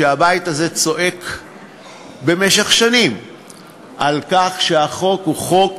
שהבית הזה צועק במשך שנים על כך שהחוק הוא חוק